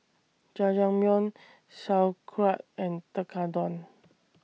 Jajangmyeon Sauerkraut and Tekkadon